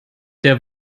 der